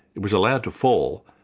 it was allowed to fall,